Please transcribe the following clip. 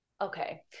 okay